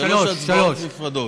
שלוש הצבעות נפרדות.